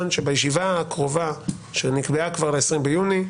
- שבישיבה הקרובה שנקבעה כבר ל-20 ביוני,